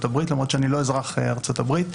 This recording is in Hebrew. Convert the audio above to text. הברית למרות שאני לא אזרח ארצות הברית.